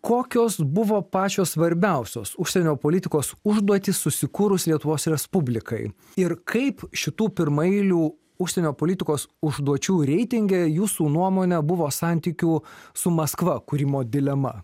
kokios buvo pačios svarbiausios užsienio politikos užduotys susikūrus lietuvos respublikai ir kaip šitų pirmaeilių užsienio politikos užduočių reitinge jūsų nuomone buvo santykių su maskva kūrimo dilema